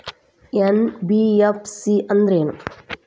NBFC ಅಂದ್ರೇನು?